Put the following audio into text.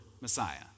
Messiah